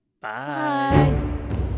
Bye